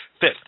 fifth